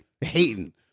hating